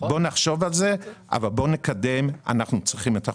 בואו נחשוב על זה אבל בואו נתקדם כי אנחנו צריכים את החוק.